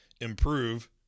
improve